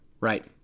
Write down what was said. right